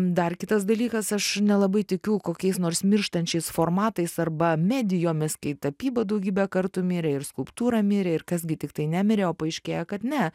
dar kitas dalykas aš nelabai tikiu kokiais nors mirštančiais formatais arba medijomis kai tapyba daugybę kartų mirė ir skulptūra mirė ir kas gi tiktai nemirė o paaiškėja kad ne